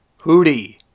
Hootie